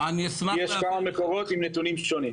יש כמה מקורות עם נתונים שונים.